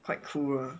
quite cool ah